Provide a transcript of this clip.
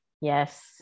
Yes